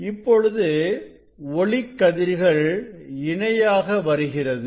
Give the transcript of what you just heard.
இப்பொழுது ஒளிக்கதிர்கள் இணையாக வருகிறது